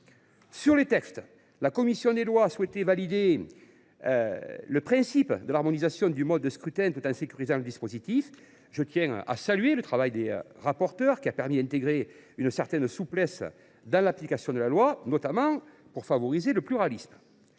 nous examinons, la commission des lois a souhaité valider le principe de l’harmonisation du mode de scrutin entre toutes les communes, tout en sécurisant le dispositif. Je tiens à saluer le travail de nos rapporteurs, qui ont intégré une certaine souplesse dans l’application de la loi, notamment pour favoriser le pluralisme.